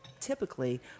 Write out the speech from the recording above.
typically